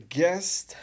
guest